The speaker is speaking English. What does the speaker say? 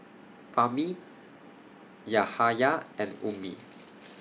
Fahmi Yahaya and Ummi